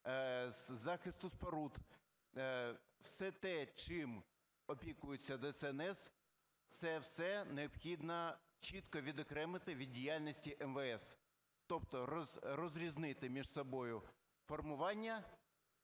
захисту споруд, все те, чим опікується ДСНС, – це все необхідно чітко відокремити від діяльності МВС, тобто розрізнити між собою формування